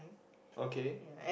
okay